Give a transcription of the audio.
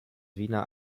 wiener